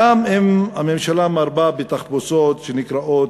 גם אם הממשלה מרבה בתחפושות שנקראות